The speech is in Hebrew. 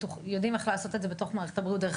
ויודעים איך לעשות את זה בתוך מערכת הבריאות דרך